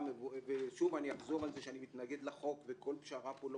ושוב אחזור על כך שאני מתנגד לחוק וכל פשרה פה לא